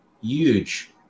huge